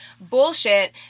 bullshit